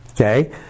Okay